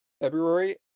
February